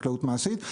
מעשית.